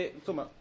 insomma